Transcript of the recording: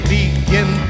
begin